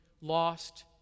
lost